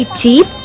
cheap